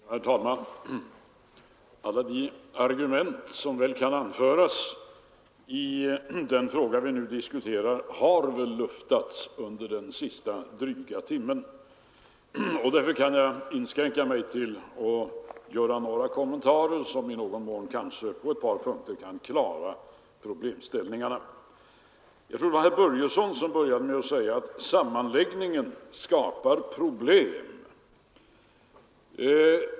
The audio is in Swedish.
Herr talman! Alla de argument som kan anföras i den fråga vi nu diskuterar har luftats under den senaste delen av debatten — en dryg timme. Därför kan jag inskränka mig till att göra några kommentarer, som kanske kan klara ut problemställningarna på ett par punkter. Jag tror att det var herr Börjesson i Glömminge som började med att säga att sammanläggningen skapar problem.